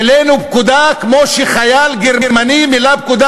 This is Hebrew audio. מילאנו פקודה כמו שחייל גרמני מילא פקודה